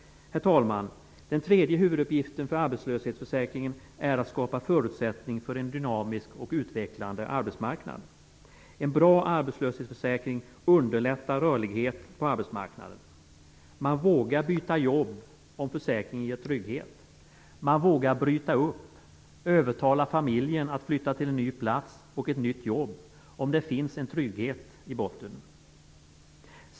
Herr talman! Den tredje huvuduppgiften för arbetslöshetsförsäkringen är att skapa förutsättning för en dynamisk och utvecklande arbetsmarknad. En bra arbetslöshetsförsäkring underlättar rörlighet på arbetsmarknaden. Man vågar byta jobb om försäkringen ger trygghet. Man vågar bryta upp och övertala familjen att flytta till en ny plats och ett nytt jobb om det finns en trygghet i botten.